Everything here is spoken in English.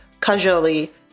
Casually